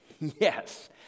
Yes